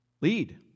lead